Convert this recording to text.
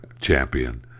champion